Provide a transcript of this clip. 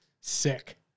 sick